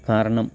കാരണം